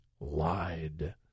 lied